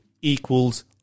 equals